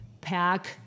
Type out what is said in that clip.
pack